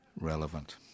relevant